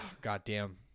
Goddamn